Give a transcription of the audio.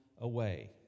away